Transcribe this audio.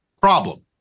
problem